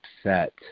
upset